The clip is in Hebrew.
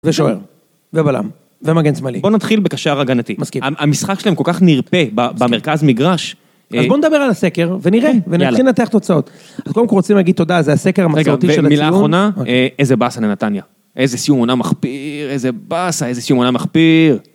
ושוער, ובלם, ומגן שמאלי. בוא נתחיל בקשר הגנתי. מסכים. המשחק שלהם כל כך נרפא במרכז מגרש. אז בוא נדבר על הסקר, ונראה, ונתחיל לתת תוצאות. אז קודם כל רוצים להגיד תודה, זה הסקר המסורתי של הציון. רגע, במילה אחרונה, איזה באסה לנתניה. איזה סיום עונה מכפיר, איזה באסה, איזה סיום עונה מכפיר.